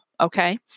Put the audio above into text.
Okay